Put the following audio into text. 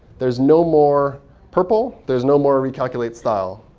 there's no more purple. there's no more recalculate style.